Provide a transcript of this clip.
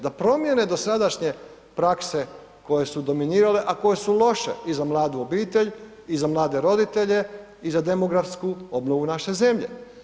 Da promijene dosadašnje prakse koje su dominirale a koje su loše i za mladu obitelj i za mlade roditelje i za demografsku obnovi naše zemlje?